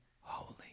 holy